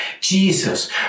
Jesus